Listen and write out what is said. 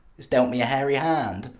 it's dealt me a hairy hand.